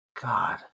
God